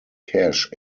cash